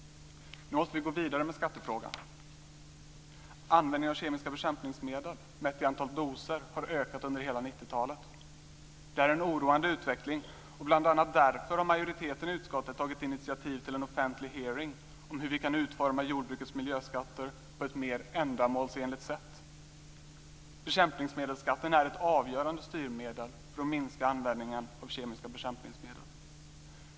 Nu måste vi gå vidare med skattefrågan. Användningen av kemiska bekämpningsmedel mätt i antal doser har ökat under hela 1990-talet. Det är en oroande utveckling. Bl.a. därför har majoriteten i utskottet tagit initiativ till en offentlig hearing om hur vi kan utforma jordbrukets miljöskatter på ett mer ändamålsenligt sätt. Bekämpningsmedelsskatten är ett avgörande styrmedel för att minska användningen av kemiska bekämpningsmedel.